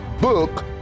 book